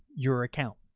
your account.